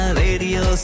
radio